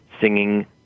singing